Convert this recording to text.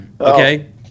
Okay